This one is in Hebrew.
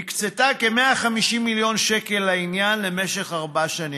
הקצתה כ-150 מיליון שקל לעניין למשך ארבע שנים,